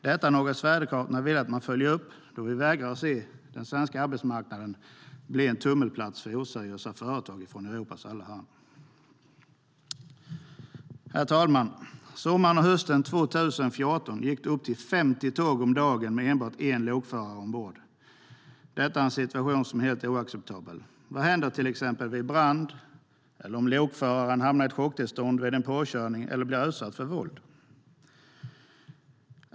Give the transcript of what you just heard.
Detta är något Sverigedemokraterna vill att man följer upp, då vi vägrar att se att den svenska arbetsmarknaden blir en tummelplats för oseriösa företag från Europas alla hörn. Herr talman! Sommaren och hösten 2014 gick det upp till 50 tåg om dagen med enbart en lokförare ombord. Detta är en situation som är helt oacceptabel. Vad händer till exempel vid brand eller om lokföraren hamnar i ett chocktillstånd vid en påkörning eller blir utsatt för våld?